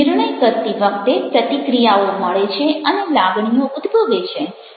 નિર્ણય કરતી વખતે પ્રતિક્રિયાઓ મળે છે અને લાગણીઓ ઉદભવે છે